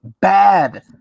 bad